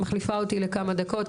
מחליפה אותי לכמה דקות,